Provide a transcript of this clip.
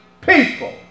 people